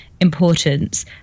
importance